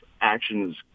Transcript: actions